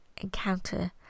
encounter